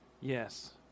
Yes